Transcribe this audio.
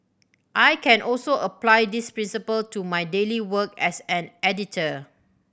I can also apply this principle to my daily work as an editor